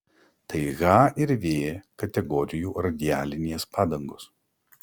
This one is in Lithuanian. tai h ir v kategorijų radialinės padangos